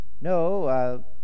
No